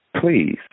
Please